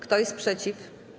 Kto jest przeciw?